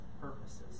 purposes